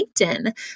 LinkedIn